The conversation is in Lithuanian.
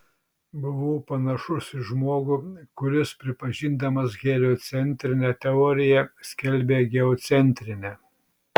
buvau panašus į žmogų kuris pripažindamas heliocentrinę teoriją skelbia geocentrinę